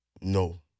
No